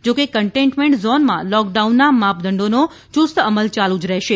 જોકે કન્ટેઇન્મેન્ટ ઝોનમાં લૉકડાઉનના માપદંડોનો ચુસ્ત અમલ ચાલુ જ રહેશે